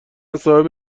صاحب